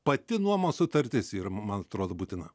pati nuomos sutartis yra man atrodo būtina